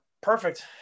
Perfect